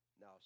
Now